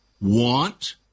want